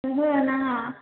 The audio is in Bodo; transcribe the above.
ओहो नाङा